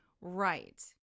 Right